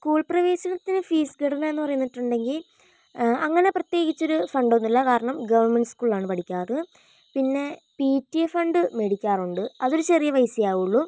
school പ്രവേശനത്തിന് fees ഘടനയെന്ന് പറഞ്ഞിട്ടുണ്ടെങ്കിൽ അങ്ങനെ പ്രത്യേകിച്ചൊരു ഫണ്ടൊന്നുമില്ല കാരണം ഗവൺമെൻറ്റ് സ്ക്കൂളിലാണ് പഠിയ്ക്കാറ് പിന്നെ പിടിഎ ഫണ്ട് മേടിയ്ക്കാറുണ്ട് അതൊരു ചെറിയ പൈസയേ ആവുള്ളൂ